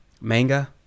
Manga